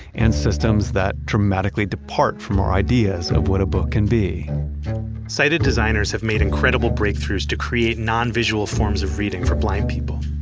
and systems that dramatically depart from our ideas of what a book can be sighted designers have made incredible breakthroughs to create nonvisual forms of reading for blind people.